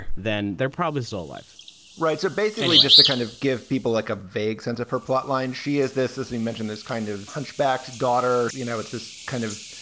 then they're probably still alive right. so basically just to kind of give people like a vague sense of her plotline, she has this, as you mentioned, this kind of hunchbacked daughter. you know, it's this kind of,